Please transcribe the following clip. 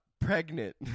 pregnant